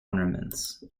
ornaments